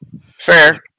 Fair